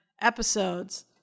episodes